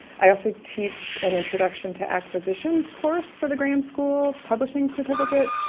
i also teach an introduction to acquisitions course for the graham school publishing certificate,